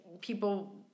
people